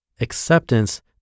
acceptance